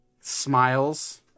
Smiles